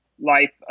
life